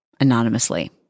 anonymously